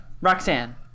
Roxanne